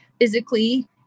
Physically